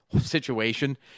situation